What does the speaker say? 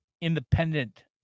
independent